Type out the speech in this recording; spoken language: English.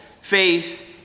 faith